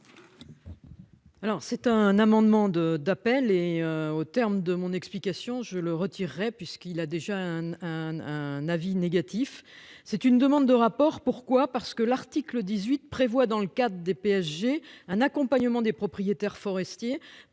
c'est un amendement de d'appel et au terme de mon explication je le retirerai puisqu'il a déjà un, un avis négatif. C'est une demande de rapport pourquoi parce que l'article 18 prévoit dans le cadre des PSG un accompagnement des propriétaires forestiers